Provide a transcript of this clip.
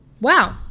wow